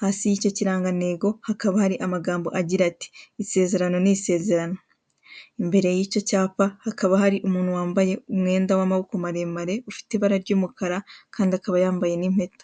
Hasi y'icyo kirangantego hakaba hari amagambo agira ati: Isezerano ni isezerano. Imbere y'icyo cyapa hakaba hari umuntu wambaye umwenda w'amaboko maremare ufite ibara ry'umukara kandi akaba yambaye n'impeta.